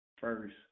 first